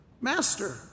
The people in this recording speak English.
Master